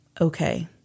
okay